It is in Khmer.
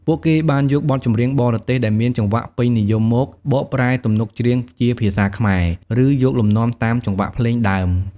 ពួកគេបានយកបទចម្រៀងបរទេសដែលមានចង្វាក់ពេញនិយមមក បកប្រែទំនុកច្រៀងជាភាសាខ្មែរ ឬ យកលំនាំតាមចង្វាក់ភ្លេង ដើម។